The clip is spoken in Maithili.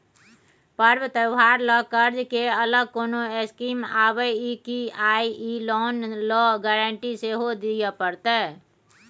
पर्व त्योहार ल कर्ज के अलग कोनो स्कीम आबै इ की आ इ लोन ल गारंटी सेहो दिए परतै?